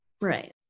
Right